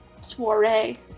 Soiree